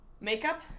makeup